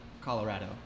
Colorado